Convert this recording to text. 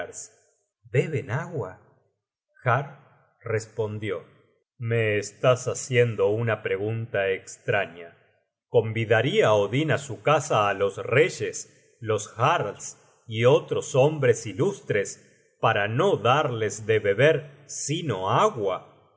beben agua har respondió me estás haciendo una pregunta estraña convidaria odin á su casa á los reyes los jarls y otros hombres ilustres para no darles de beber sino agua